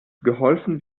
geholfen